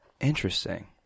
Interesting